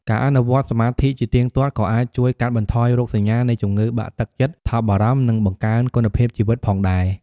ការអនុវត្តន៍សមាធិជាទៀងទាត់ក៏អាចជួយកាត់បន្ថយរោគសញ្ញានៃជំងឺបាក់ទឹកចិត្ត ថប់បារម្ភ និងបង្កើនគុណភាពជីវិតផងដែរ។